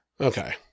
Okay